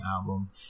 album